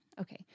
Okay